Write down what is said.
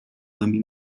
głębi